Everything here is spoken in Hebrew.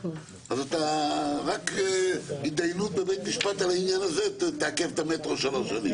רק התדיינות בבית משפט על העניין הזה תעכב את המטרו שלוש שנים.